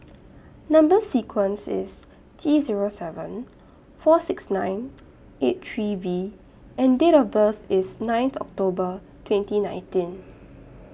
Number sequence IS T Zero seven four six nine eight three V and Date of birth IS ninth October twenty nineteen